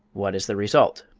what is the result?